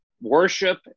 worship